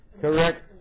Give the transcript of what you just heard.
correct